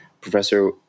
Professor